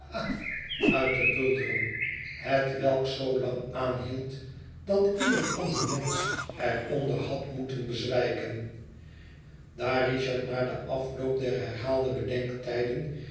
uit te bulderen hetwelk zoo lang aanhield dat ieder ander mensch er onder had moeten bezwijken daar richard na den afloop der herhaalde bedenktijden